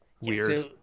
Weird